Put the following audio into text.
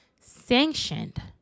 sanctioned